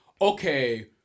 okay